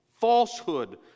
falsehood